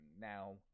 now